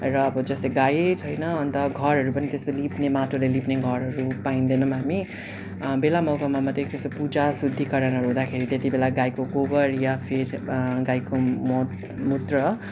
र अब जस्तै गाई छैन अन्त घरहरू पनि त्यस्तो लिप्ने माटोले लिप्ने घरहरू पाइँदैन हामी बेला मौकामा मात्रै त्यस्तो पूजा शुद्धीकरणहरू हुँदाखेरि त्यति बेला गाईको गोबर या फिर गाईको मुत मूत्र